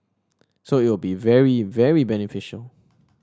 so it will be very very beneficial